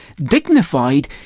dignified